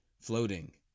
floating